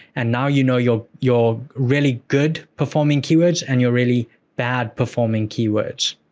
and now, you know your your really good performing keywords and your really bad performing keywords.